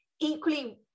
equally